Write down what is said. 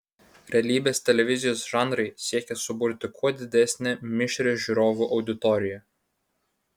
realybės televizijos žanrai siekia suburti kuo didesnę mišrią žiūrovų auditoriją